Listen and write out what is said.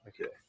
okay